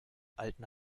alten